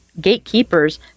gatekeepers